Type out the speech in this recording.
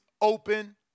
open